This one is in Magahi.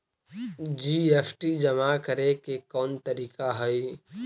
जी.एस.टी जमा करे के कौन तरीका हई